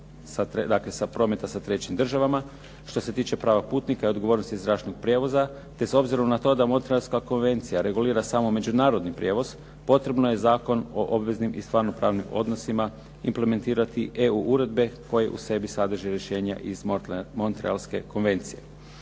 dakle prometa sa trećim državama, što se tiče prava putnika i odgovornosti zračnog prijevoza, te s obzirom na to da Montrealska konvencija regulira samo međunarodni prijevoz potrebno je Zakon o obveznim i stvarnopravnim odnosima implementirati EU uredbe koje u sebi sadrže rješenja iz Montrealske konvencije.